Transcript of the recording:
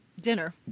dinner